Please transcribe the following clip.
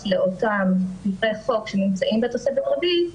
לאותם דברי חוק שנמצאים בתוספת הרביעית,